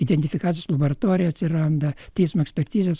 identifikacijos laboratorija atsiranda teismo ekspertizės